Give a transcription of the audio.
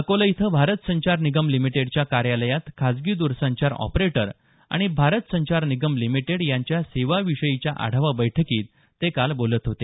अकोला इथं भारत संचार निगम लिमिटेडच्या कार्यालयात खाजगी द्रसंचार ऑपरेटर आणि भारत संचार निगम लिमिटेड यांच्या सेवाविषयीच्या आढावा बैठकीत ते काल बोलत होते